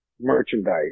merchandise